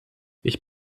ich